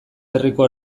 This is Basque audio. herriko